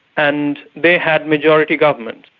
and they had majority government.